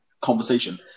conversation